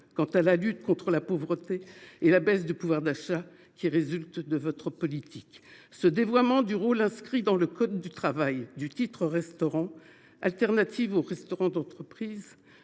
dans la lutte contre la pauvreté et contre la baisse du pouvoir d’achat qui résulte de votre politique. Ce dévoiement du rôle, inscrit dans le code du travail, du titre restaurant, solution de substitution au restaurant d’entreprise,